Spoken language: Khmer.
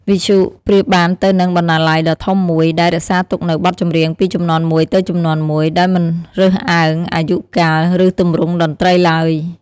វិទ្យុប្រៀបបានទៅនឹងបណ្ណាល័យដ៏ធំមួយ ដែលរក្សាទុកនូវបទចម្រៀងពីជំនាន់មួយទៅជំនាន់មួយ ដោយមិនរើសអើងអាយុកាល ឬទម្រង់តន្ត្រីឡើយ។